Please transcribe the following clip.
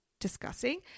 discussing